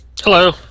Hello